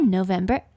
November